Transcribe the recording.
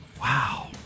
Wow